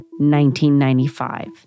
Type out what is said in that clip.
1995